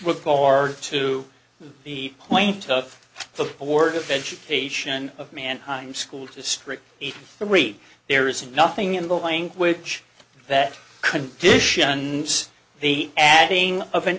bar to the point of the board of education of mannheim school district three there is nothing in the language that conditions the adding